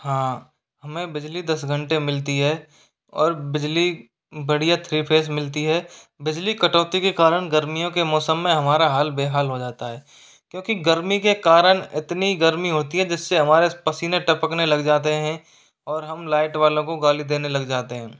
हाँ हमें बिजली दस घंटे मिलती है और बिजली बढ़िया थ्री फेस मिलती है बिजली कटौती के कारण गर्मियों के मौसम में हमारा हाल बेहाल हो जाता है क्योंकि गर्मी के कारण इतनी गर्मी होती है जिससे हमारे पसीने टपकने लग जाते हैं और हम लाइट वालों को गाली देने लग जाते हैं